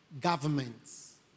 Governments